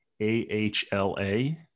AHLA